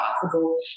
possible